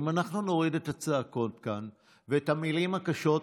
אם אנחנו נוריד את הצעקות כאן ואת המילים הקשות,